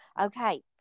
Okay